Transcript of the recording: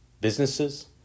businesses